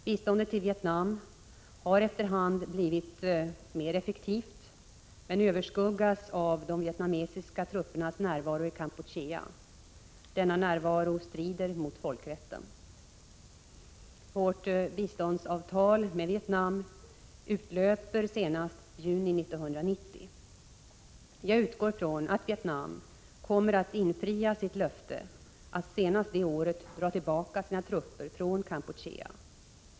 Biståndet till Vietnam har efter hand blivit mer effektivt men överskuggas av de vietnamesiska truppernas närvaro i Kampuchea. Denna närvaro strider mot folkrätten. Vårt biståndsavtal med Vietnam utlöper senast i juni 1990. Jag utgår från att Vietnam kommer att infria sitt löfte att senast det året dra tillbaka sina trupper från Kampuchea.